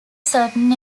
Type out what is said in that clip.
certain